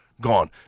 Gone